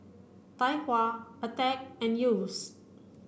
Tai Hua Attack and Yeo's